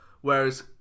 Whereas